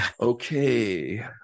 okay